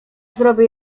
zrobię